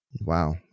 Wow